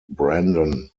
brandon